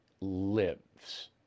lives